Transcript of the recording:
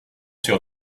sur